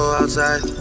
outside